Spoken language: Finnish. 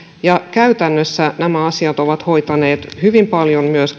ja käytännössä näitä asioita ovat hoitaneet hyvin paljon myös